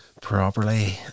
properly